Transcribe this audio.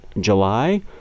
July